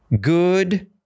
good